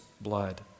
blood